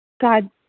God